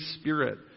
spirit